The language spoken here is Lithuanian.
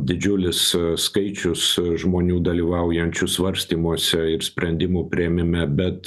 didžiulis skaičius žmonių dalyvaujančių svarstymuose ir sprendimų priėmime bet